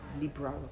liberal